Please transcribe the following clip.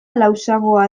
lausoagoa